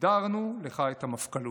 סידרנו לך את המפכ"לות.